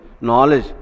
knowledge